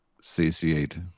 satiate